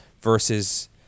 versus